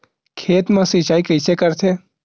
खेत मा सिंचाई कइसे करथे?